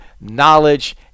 knowledge